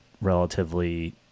relatively